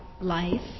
life